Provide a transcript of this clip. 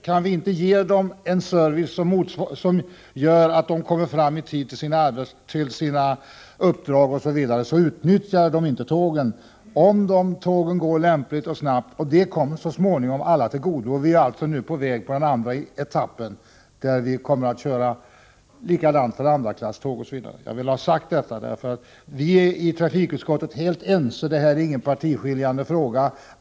Kan inte SJ ge dem en sådan service att de kommer fram i tid till sina uppdrag osv., så utnyttjar de inte tågen. Om dessa tåg går lämpligt och snabbt, kommer detta så småningom alla till godo. Vi är nu på väg mot en andra etapp, där vi kommer att köra på samma sätt med andraklasståg. Jag vill ha sagt detta, för vi är i trafikutskottet helt ense. Detta är ingen partiskiljande fråga.